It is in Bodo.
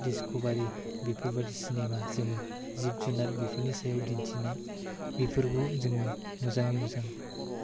डिस्कवरी बिफोरबादि सेनेमा जोङो जिब जुनार बेफोरनि सायाव दिन्थिनाय बेफोरबो जोङो मोजाङै मोजां